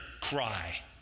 cry